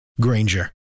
Granger